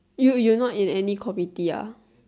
you you not in any committee ah